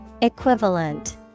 Equivalent